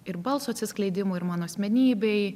ir balso atsiskleidimo ir mano asmenybei